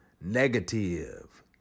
negative